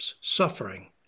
suffering